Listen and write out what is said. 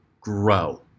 grow